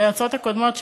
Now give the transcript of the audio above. ליועצות הקודמות: